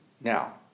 Now